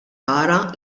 tara